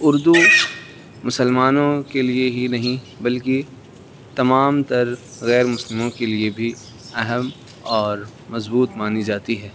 اردو مسلمانوں کے لیے ہی نہیں بلکہ تمام تر غیرمسلموں کے لیے بھی اہم اور مضبوط مانی جاتی ہے